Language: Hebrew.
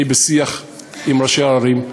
אני בשיח עם ראשי הערים.